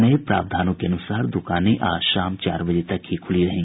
नये प्रावधानों के अनुसार दुकानें आज शाम चार बजे तक ही खुली रहीं